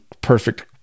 perfect